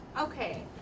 Okay